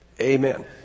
amen